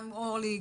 גם אורלי,